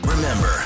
Remember